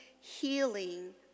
healing